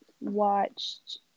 watched